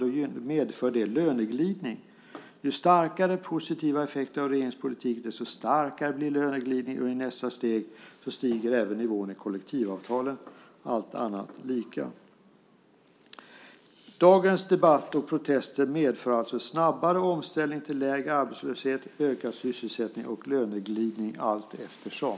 Det medför löneglidning. Ju starkare de positiva effekterna av regeringens politik blir desto starkare blir löneglidningen. I nästa steg stiger även nivån i kollektivavtalen. Dagens debatt och protester medför alltså snabbare omställning till lägre arbetslöshet, ökad sysselsättning och löneglidning allteftersom.